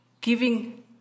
giving